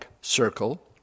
circle